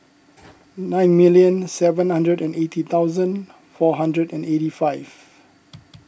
nine million seven hundred and eighty thousand four hundred and eighty five